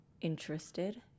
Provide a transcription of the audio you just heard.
interested